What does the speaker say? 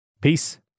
Peace